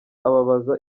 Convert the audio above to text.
ababaza